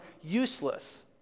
useless